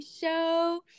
show